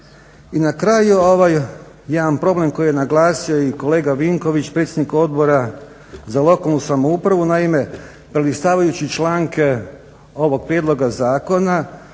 I na kraju ovaj jedan problem koji je naglasio i kolega Vinković, predsjednik Odbora za lokalnu samoupravu. Naime prelistavajući članke ovog prijedloga zakona